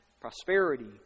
prosperity